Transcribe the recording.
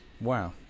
Wow